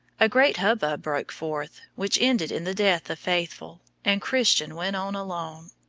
a great hubbub broke forth, which ended in the death of faithful, and christian went on alone.